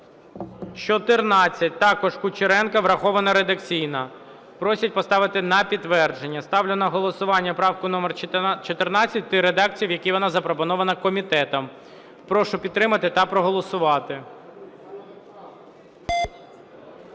14, також Кучеренко. Врахована редакційно. Просять поставити на підтвердження. Ставлю на голосування правку номер 14 в тій редакції, в якій вона запропонована комітетом. Прошу підтримати та проголосувати.